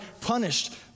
punished